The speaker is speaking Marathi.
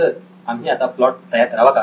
सर आम्ही आता प्लॉट तयार करावा का